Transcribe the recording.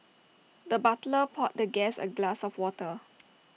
the butler poured the guest A glass of water